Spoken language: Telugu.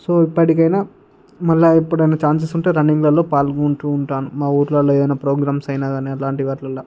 సో ఇప్పటికైనా మరల ఎప్పుడైనా ఛాన్సెస్ ఉంటే రన్నింగ్లో పాల్గొంటు ఉంటాను మా ఊళ్ళలో ఏదన్నాప్రోగ్రామ్స్ అయిన కానీ అలాంటి వాటిలో